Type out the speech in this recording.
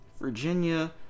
Virginia